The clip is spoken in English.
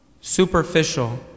superficial